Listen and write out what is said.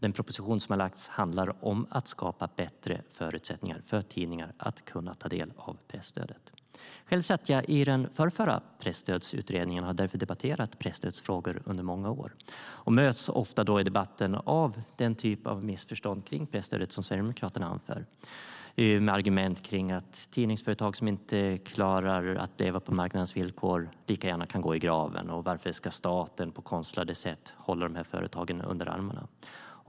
Den proposition som lagts fram handlar om att skapa bättre förutsättningar för tidningar att kunna ta del av presstödet. Själv satt jag i den förrförra presstödsutredningen, och jag har därför debatterat presstödsfrågor under många år. Jag möts ofta i debatten av den typ av missförstånd kring presstödet som Sverigedemokraterna anför, med argument kring att tidningsföretag som inte klarar att leva på marknadens villkor lika gärna kan gå i graven och ifrågasättanden av att staten på konstlade sätt ska hålla de här företagen under armarna.